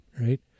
right